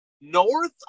north